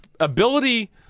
Ability